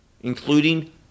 including